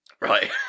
right